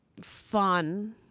fun